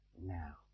now